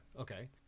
Okay